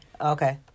Okay